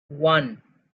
one